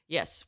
Yes